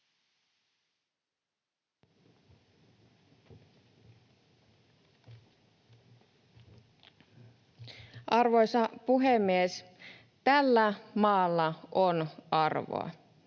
Arvoisa puhemies! Tällä maalla on arvoa.